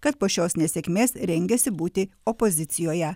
kad po šios nesėkmės rengiasi būti opozicijoje